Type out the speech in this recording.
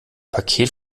paket